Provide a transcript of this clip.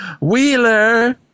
Wheeler